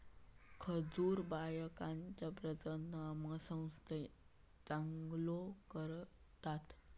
खजूर बायकांच्या प्रजननसंस्थेक चांगलो करता